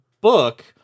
book